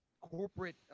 corporate